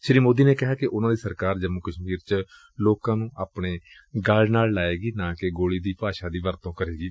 ਸ੍ਰੀ ਮੋਦੀ ਨੇ ਕਿਹਾ ਕਿ ਉਨਾਂ ਦੀ ਸਰਕਾਰ ਜੰਮੁ ਕਸਸੀਰ ਚ ਲੋਕਾਂ ਨੂੰ ਆਪਣੇ ਗਲ ਨਾਲ ਲਾਏਗੀ ਨਾ ਕਿ ਗੋਲੀ ਦੀ ਭਾਸ਼ਾ ਦੀ ਵਰਤੋਂ ਕਰੇਗੀ